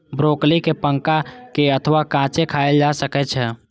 broccoli कें पका के अथवा कांचे खाएल जा सकै छै